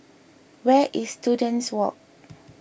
where is Students Walk